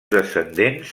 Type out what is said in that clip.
descendents